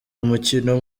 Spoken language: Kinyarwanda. umukino